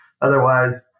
Otherwise